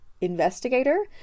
investigator